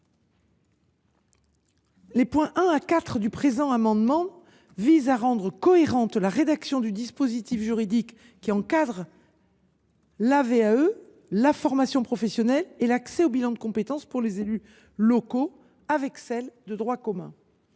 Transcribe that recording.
Les I à IV du présent amendement visent à rendre cohérente la rédaction du dispositif juridique qui encadre la VAE, la formation professionnelle et l’accès au bilan de compétences pour les élus locaux avec le droit commun.